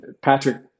Patrick